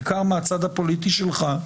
בעיקר מהצד הפוליטי שלך,